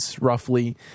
roughly